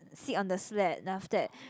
sit on the sled then after that